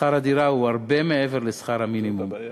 שכר הדירה הוא הרבה מעבר לשכר המינימום.